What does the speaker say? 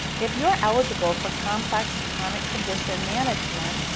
if you're eligible for complex chronic condition management,